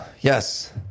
yes